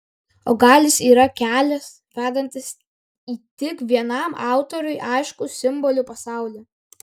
o gal jis yra kelias vedantis į tik vienam autoriui aiškų simbolių pasaulį